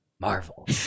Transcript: Marvel